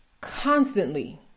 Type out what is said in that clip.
constantly